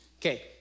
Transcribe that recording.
Okay